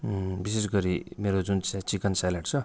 विशेष गरि मेरो जुन चाहिँ चिकन स्यालेड छ